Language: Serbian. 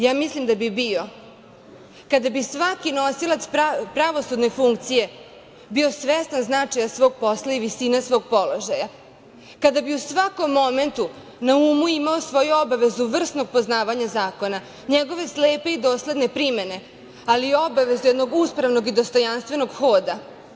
Ja mislim da bi bio kada bi svaki nosilac pravosudne funkcije bio svestan značaja svog posla i visine svog položaja, kada bi u svakom momentu na umu imao svoju obavezu vrsnog poznavanja zakona, njegove slepe i dosledne primene, ali obaveze jednog uspravnog i dostojanstvenog hoda.